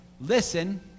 listen